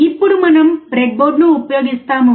ఇప్పుడు మనం బ్రెడ్బోర్డ్ను ఉపయోగిస్తాము